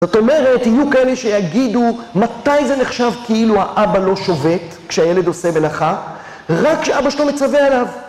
זאת אומרת, יהיו כאלה שיגידו, מתי זה נחשב כאילו האבא לא שובת, כשהילד עושה מלאכה? רק כשאבא שלו מצווה עליו.